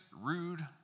rude